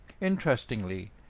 Interestingly